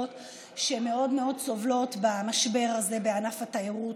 שמאוד מאוד סובלות במשבר הזה בענף התיירות,